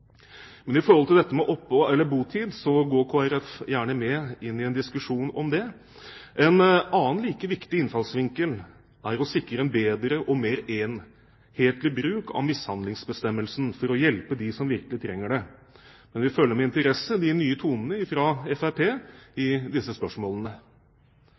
Men når det gjelder dette med opphold eller botid, går Kristelig Folkeparti gjerne inn i en diskusjon om det. En annen like viktig innfallsvinkel er å sikre en bedre og mer enhetlig bruk av mishandlingsbestemmelsen, for å hjelpe dem som virkelig trenger det. Men vi følger med interesse de nye tonene